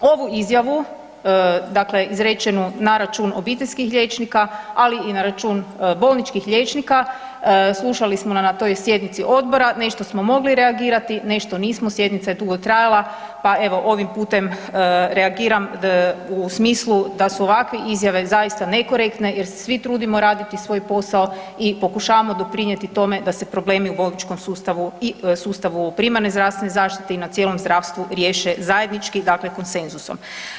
Ovu izjavu, dakle izrečenu na račun obiteljskih liječnika, ali i na račun bolničkih liječnika slušali smo na toj sjednici odbora, nešto smo mogli reagirati, nešto nismo, sjednica je dugo trajala, pa evo ovim putem reagiram u smislu da su ovakve izjave zaista nekorektne jer se svi trudimo raditi svoj posao i pokušavamo doprinijeti tome da se problemi u bolničkom sustavu i sustavu primarne zdravstvene zaštite i na cijelom zdravstvu riješe zajednički, dakle konsenzusom.